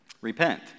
Repent